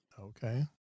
Okay